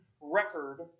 record